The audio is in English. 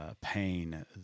pain